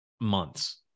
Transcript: months